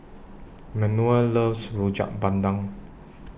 Manuel loves Rojak Bandung